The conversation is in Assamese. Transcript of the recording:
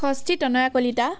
ষষ্ঠী তনয়া কলিতা